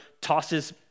tosses